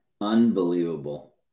Unbelievable